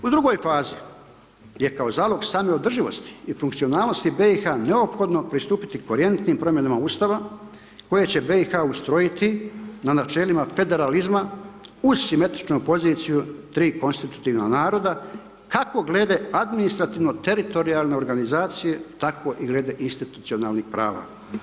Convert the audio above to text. U drugoj fazi, gdje je kao zalog same održivosti i funkcionalnosti BiH neophodno pristupiti korjenitim promjenama Ustava koje će BiH ustrojiti na načelima federalizma uz simetričnu poziciju tri konstitutivna naroda, kako glede administrativno teritorijalne organizacije, tako i glede institucionalnih prava.